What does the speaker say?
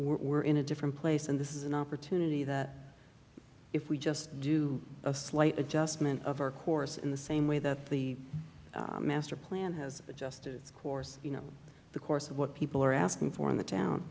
we're in a different place and this is an opportunity that if we just do a slight adjustment of our course in the same way that the master plan has adjusted its course you know the course of what people are asking for in the town